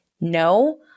no